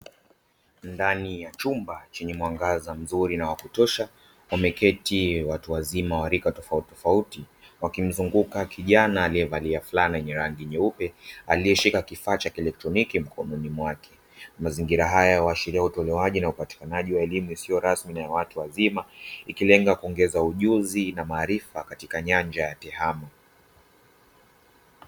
Ndani ya chumba chenye mwangaza mzuri na wa kutosha, wameketi watu wazima wa rika tofautitofauti. Wakimzunguka kijana aliyevalia fulana yenye rangi nyeupe aliyeshika kifaa cha kielektroniki mikononi mwake. Mazingira huashiria utolewaji na upatikanaji wa elimu isiyo rasmi na ya watu wazima. Ikilenga kuongeza ujuzi na maarifa katika nyanja ya TEHAMA.